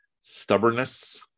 stubbornness